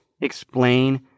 explain